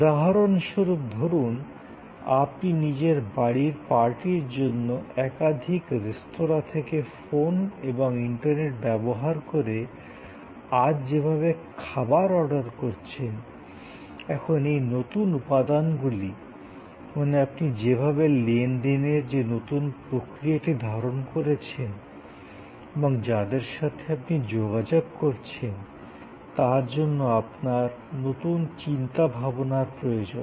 উদাহরণস্বরূপ ধরুন আপনি নিজের বাড়ির পার্টির জন্য একাধিক রেস্তোঁরা থেকে ফোন এবং ইন্টারনেট ব্যবহার করে আজ যেভাবে খাবার অর্ডার করছেন এখন এই নতুন উপাদানগুলি মানে আপনি যেভাবে লেনদেনের যে নতুন প্রক্রিয়াটি ধারন করেছেন এবং যাদের সাথে আপনি যোগাযোগ করছেন তার জন্য আপনার নতুন চিন্তাভাবনার প্রয়োজন